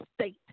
state